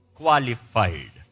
qualified